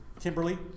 Kimberly